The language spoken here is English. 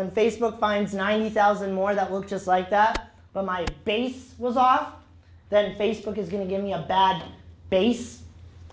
and facebook finds ninety thousand more that will just like that but my base was off that facebook is going to give me a bad base